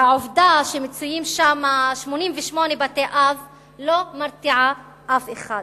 והעובדה שמצויים שם 88 בתי-אב לא מרתיעה אף אחד.